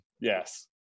yes